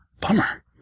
Bummer